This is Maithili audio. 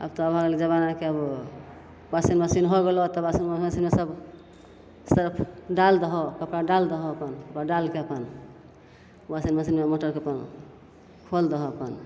आब तऽ भै गेलऽ जमाना कि आब वाशिन्ग मशीन हो गेलै तऽ वाशिन्ग मशीनमे सब सर्फ डालि दहो कपड़ा डालि दहो अपन डालिके अपन वाशिन्ग मशीनमे मोटरके अपन खोलि दहो अपन